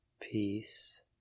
Peace